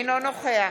אינו נוכח